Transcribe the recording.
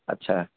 ଆଚ୍ଛା